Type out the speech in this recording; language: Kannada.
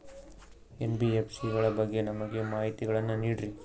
ಎನ್.ಬಿ.ಎಫ್.ಸಿ ಗಳ ಬಗ್ಗೆ ನಮಗೆ ಮಾಹಿತಿಗಳನ್ನ ನೀಡ್ರಿ?